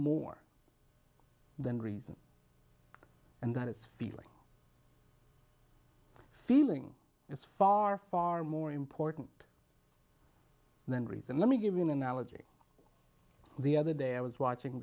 more than reason and that is feeling feeling is far far more important than reason let me give you an analogy the other day i was watching